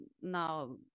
now